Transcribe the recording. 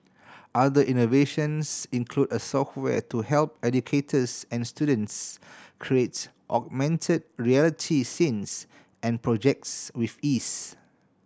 other innovations include a software to help educators and students create augmented reality scenes and projects with ease